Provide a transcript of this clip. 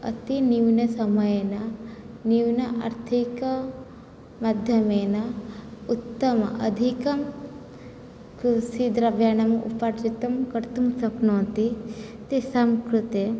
अतिन्यूनसमयेन न्यून आर्थिकमाध्यमेन उत्तमम् अधिकं कृषिद्रव्याणाम् उपार्जनं कर्तुं शक्नोति तेषां कृते